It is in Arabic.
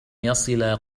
يصل